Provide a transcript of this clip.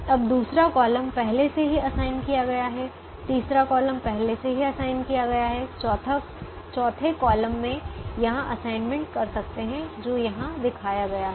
अब दूसरा कॉलम पहले से ही असाइन किया गया है तीसरा कॉलम पहले से ही असाइन किया गया है चौथे कॉलम में यहां असाइनमेंट कर सकते हैं जो यहाँ दिखाया गया है